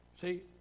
See